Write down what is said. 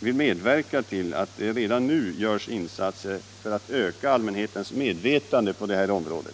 vill medverka till att det redan nu görs insatser för att öka allmänhetens medvetande på detta område.